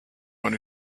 who